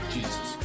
Jesus